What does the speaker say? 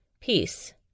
Peace